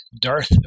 Darth